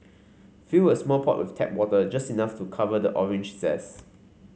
fill a small pot with tap water just enough to cover the orange zest